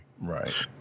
right